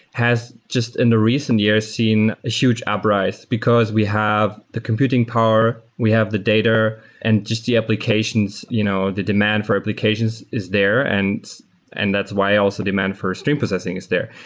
has just in the recent years seen a huge uprise because we have the computing power, we have the data and just the applications, you know the demand for applications is there and and that's why also demand for stream processing is there.